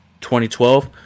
2012